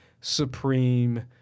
supreme